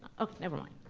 oh, never mind.